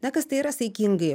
na kas tai yra saikingai